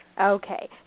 Okay